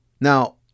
Now